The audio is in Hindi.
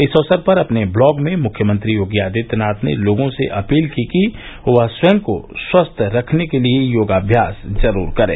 इस अवसर पर अपने ब्लॉग में मुख्यमंत्री योगी आदित्यनाथ ने लोगों से अपील की कि वह स्वयं को स्वस्थ रखने के लिये योगाम्यास जरूर करें